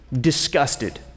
disgusted